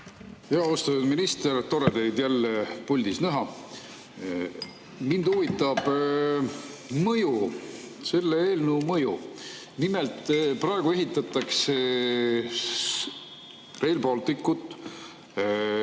Austatud minister! Tore teid jälle puldis näha. Mind huvitab mõju, selle eelnõu mõju. Nimelt, praegu ehitatakse Rail Balticut.